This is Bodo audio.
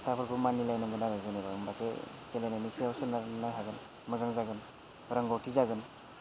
खोथाफोरखौ मानिलायनांगोन आरो जेनेबा होनबासो गेलेनायनि सायाव सोनारनो हागोन मोजां जागोन रोंगौथि जागोन